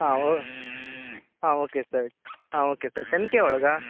ಹಾಂ ಓ ಹಾಂ ಓಕೆ ಸರ್ ಹಾಂ ಓಕೆ ಸರ್ ಟೆನ್ ಕೆ ಒಳಗಾ